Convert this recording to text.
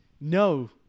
no